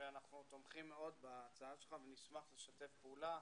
ואנחנו תומכים מאוד בהצעה שלך ונשמח לשתף פעולה.